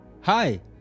Hi